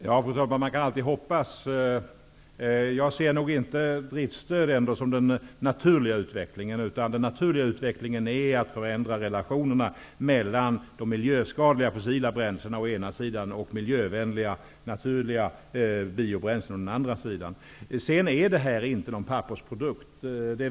Fru talman! Man kan alltid hoppas. Jag ser nog inte införandet av driftstöd som den naturliga utvecklingen, utan den naturliga utvecklingen är att förändra relationerna mellan de miljöskadliga fossila bränslena å ena sidan och miljövänliga naturliga biobränslen å den andra. Det här är inte en pappersprodukt.